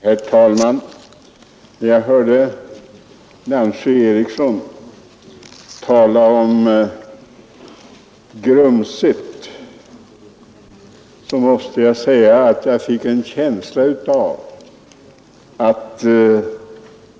Herr talman! Nancy Eriksson sade att reservationen var grumsigt tänkt.